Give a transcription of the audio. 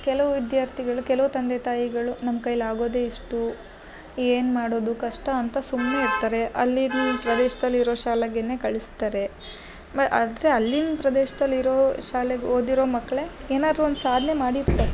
ಕೆಲವು ವಿದ್ಯಾರ್ಥಿಗಳು ಕೆಲವು ತಂದೆ ತಾಯಿಗಳು ನಮ್ಮ ಕೈಯಲ್ಲಿ ಆಗೋದೇ ಇಷ್ಟು ಏನು ಮಾಡುದು ಕಷ್ಟ ಅಂತ ಸುಮ್ನೆ ಇರ್ತಾರೆ ಅಲ್ಲಿ ಇದ್ನು ಪ್ರದೇಶದಲ್ಲಿರೋ ಶಾಲೆಗೆನೆ ಕಳಿಸ್ತಾರೆ ಮ ಆದರೆ ಅಲ್ಲಿಂದ ಪ್ರದೇಶದಲ್ಲಿರೋ ಶಾಲೆಗೆ ಓದಿರೊ ಮಕ್ಕಳೆ ಏನಾರು ಒಂದು ಸಾಧ್ನೆ ಮಾಡಿರ್ತಾರೆ